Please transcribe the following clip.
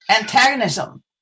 antagonism